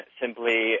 simply